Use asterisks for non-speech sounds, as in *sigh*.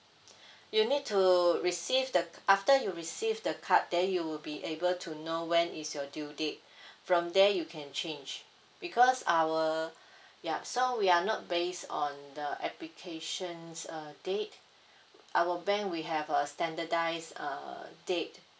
*breath* you need to receive the after you receive the card then you will be able to know when is your due date *breath* from there you can change because our *breath* yup so we are not based on the applications uh date *breath* our bank we have a standardised uh date